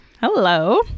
Hello